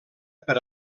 per